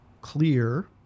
clear